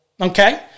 Okay